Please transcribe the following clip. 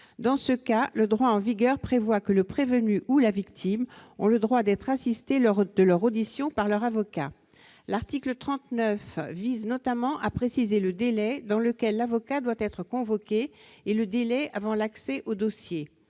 Dans ce cas, le droit en vigueur prévoit que le prévenu ou la victime ont le droit d'être assistés lors de leur audition par leur avocat. L'article 39 tend notamment à préciser le délai dans lequel l'avocat doit être convoqué et le délai avant l'accès au dossier.